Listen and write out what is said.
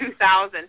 2000